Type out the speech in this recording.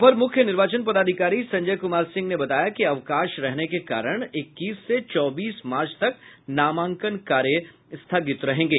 अपर मुख्य निर्वाचन पदाधिकारी संजय कुमार सिंह ने बताया कि अवकाश रहने के कारण इक्कीस से चौबीस मार्च तक नामांकन कार्य स्थगित रहेंगे